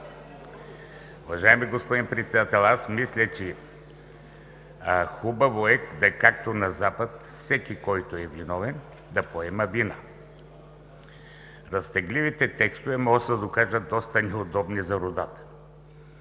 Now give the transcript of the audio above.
Уважаеми господин Председател, аз мисля, че хубаво е както на Запад всеки, който е виновен да поема вина. Разтегливите текстове може да се окажат доста неудобни за родата.